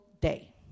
day